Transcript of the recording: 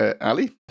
Ali